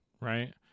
right